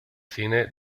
cine